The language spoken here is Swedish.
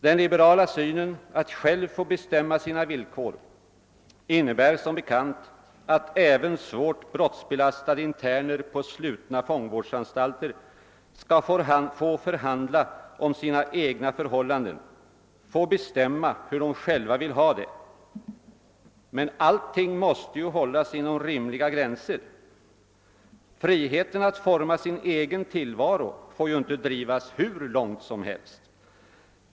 Den liberala synen att man själv bör bestämma sina villkor innebär som bekant att även svårt brottsbelastade interner på «slutna fångvårdsanstaler skall få förhandla om sina egna förhållanden, få bestämma hur de själva vill ha det. Men allting måste hållas inom rimliga gränser. Friheten att forma sin egen tillvaro får ju inte drivas hur långt som he'st.